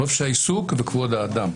חופש העיסוק וכבוד האדם.